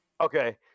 Okay